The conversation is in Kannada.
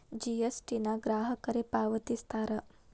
ಜಿ.ಎಸ್.ಟಿ ನ ಗ್ರಾಹಕರೇ ಪಾವತಿಸ್ತಾರಾ